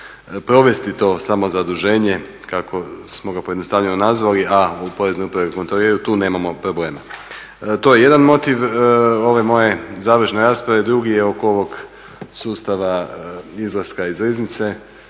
provesti to samozaduženje kako smo ga pojednostavljeno nazvali a u Poreznoj upravi kontroliraju, tu nemamo problema. To je jedan motiv ove moje završne rasprave. Drugi je oko ovog sustava izlaska iz Riznice.